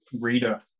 reader